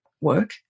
work